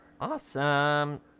Awesome